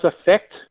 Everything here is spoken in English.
affect